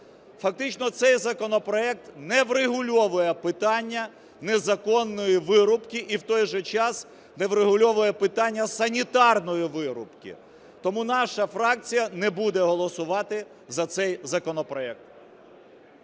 Фактично цей законопроект не врегульовує питання незаконної вирубки і в той же час не врегульовує питання санітарної вирубки. Тому наша фракція не буде голосувати за цей законопроект.